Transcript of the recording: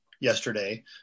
yesterday